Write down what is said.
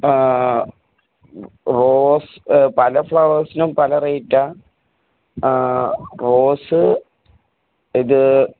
rose പല ഫ്ലവേഴ്സിനും പല റേറ്റ് ആണ് റോസ് ഇത്